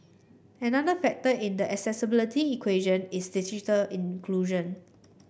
another factor in the accessibility equation is digital inclusion